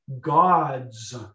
gods